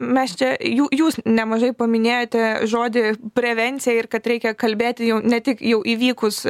mes čia jų jūs nemažai paminėjote žodį prevencija ir kad reikia kalbėti jau ne tik jau įvykus